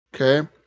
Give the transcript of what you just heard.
okay